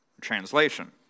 translation